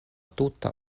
tuta